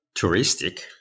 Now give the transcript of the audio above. touristic